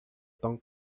tão